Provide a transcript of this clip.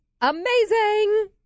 amazing